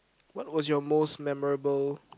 what was your most memorable